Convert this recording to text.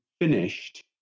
finished